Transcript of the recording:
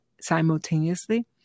simultaneously